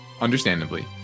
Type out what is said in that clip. understandably